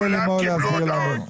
מצוין.